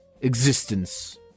existence